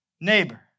neighbor